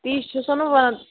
تی چھسَو نا وَنان